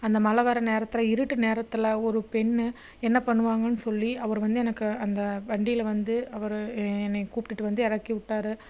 அந்த மழை வர நேரத்தில் இருட்டு நேரத்தில் ஒரு பெண்ணு என்ன பண்ணுவாங்கன்னு சொல்லி அவரு வந்து எனக்கு அந்த வண்டியில் வந்து அவரு என்னைய கூப்பிட்டுட்டு வந்து இறக்கி விட்டாரு